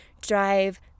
drive